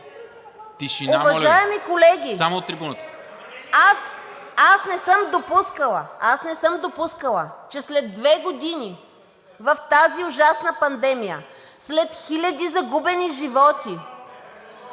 Тишина, моля Ви! Само от трибуната.